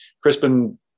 Crispin